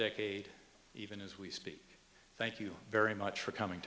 decade even as we speak thank you very much for coming